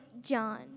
John